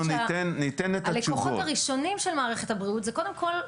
והאמת שהלקוחות הראשונים של מערכת הבריאות הם קודם כל,